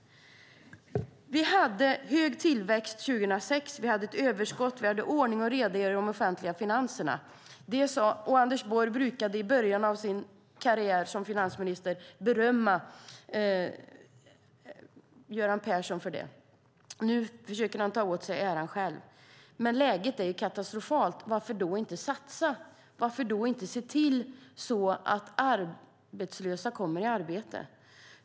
Vi hade en hög tillväxt 2006. Vi hade ett överskott. Vi hade ordning och reda i de offentliga finanserna. Anders Borg brukade i början av sin karriär som finansminister berömma Göran Persson för det. Nu försöker han ta åt sig äran själv. Men läget är katastrofalt. Varför då inte satsa? Varför då inte se till att arbetslösa kommer i arbete?